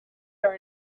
are